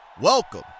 welcome